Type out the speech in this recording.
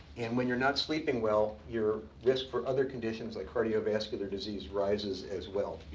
and when you're not sleeping well, your risk for other conditions like cardiovascular disease rises as well.